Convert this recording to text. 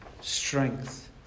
Strength